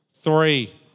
three